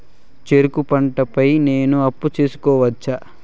చెరుకు పంట పై నేను అప్పు తీసుకోవచ్చా?